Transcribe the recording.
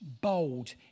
bold